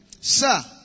Sir